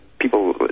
people